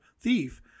Thief